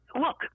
look